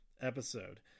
episode